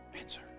answer